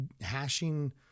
hashing